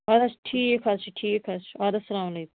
اَدٕ حظ ٹھیٖک حظ چھُ ٹھیٖک حظ چھُ اَدٕ حظ سلام علیکُم